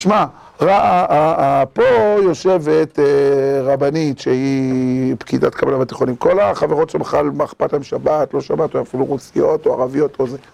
תשמע, פה יושבת רבנית שהיא פקידת קבלה בתיכונים. כל החברות שבכלל מה איכפת להם שבת לא שבת, אפילו רוסיות, או ערביות, או זה.